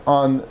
on